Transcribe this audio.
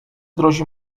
grozi